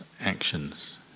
actions